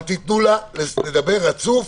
אבל תנו לה לדבר רצוף.